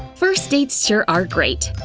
first dates sure are great.